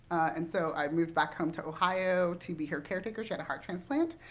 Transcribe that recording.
and so i moved back home to ohio to be her caretaker. she had a heart transplant.